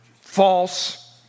False